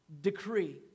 decree